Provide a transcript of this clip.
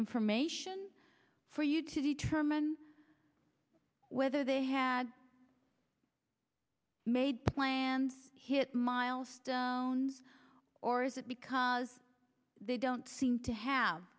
information for you to determine whether they had made plans hit milestones or is it because they don't seem to have